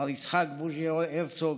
מר יצחק בוז'י הרצוג,